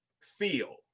feel